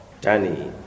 Danny